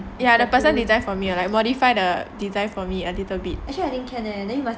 ya the person design for me like modify the design a little bit